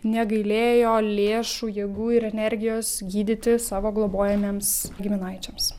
negailėjo lėšų jėgų ir energijos gydyti savo globojamiems giminaičiams